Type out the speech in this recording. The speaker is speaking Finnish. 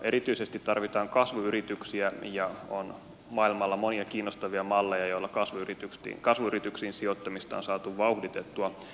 erityisesti tarvitaan kasvuyrityksiä ja maailmalla on monia kiinnostavia malleja joilla kasvuyrityksiin sijoittamista on saatu vauhditettua